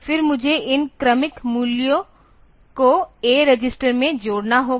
फिर मुझे इन क्रमिक मूल्यों को ए रजिस्टर में जोड़ना होगा